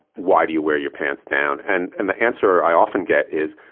why do you wear your pants down? and and the answer i often get is,